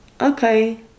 okay